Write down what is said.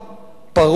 פרוץ,